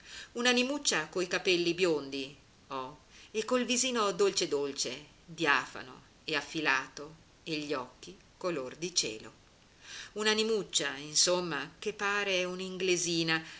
mingherlina un'animuccia coi capelli biondi ho e col visino dolce dolce diafano e affilato e gli occhi color di cielo un'animuccia insomma che pare